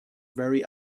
very